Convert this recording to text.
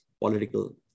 political